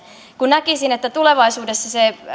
näkisin että tulevaisuudessa se